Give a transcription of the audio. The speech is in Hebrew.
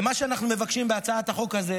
מה שאנחנו מבקשים בהצעת החוק הזאת,